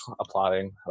applauding